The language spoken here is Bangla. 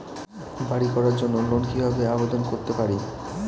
বাড়ি করার জন্য লোন কিভাবে আবেদন করতে পারি?